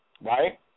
right